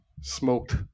smoked